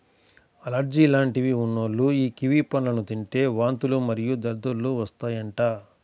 allergy లాంటివి ఉన్నోల్లు యీ కివి పండ్లను తింటే వాంతులు మరియు దద్దుర్లు వత్తాయంట